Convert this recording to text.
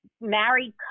married